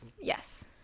Yes